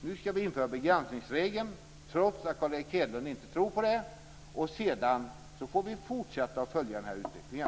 Nu ska vi införa begränsningsregeln, trots att Carl Erik Hedlund inte tror på det. Sedan får vi fortsätta att följa utvecklingen.